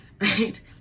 right